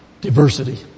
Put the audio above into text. Diversity